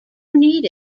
need